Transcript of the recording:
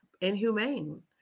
inhumane